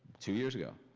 two years ago.